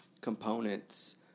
components